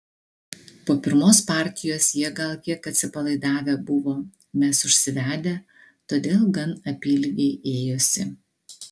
po pirmos partijos jie gal kiek atsipalaidavę buvo mes užsivedę todėl gan apylygiai ėjosi